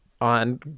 on